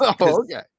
Okay